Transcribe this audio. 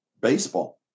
baseball